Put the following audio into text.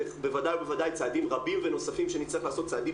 ובוודאי ובוודאי צעדים רבים ונוספים שנצטרך לעשות צעדים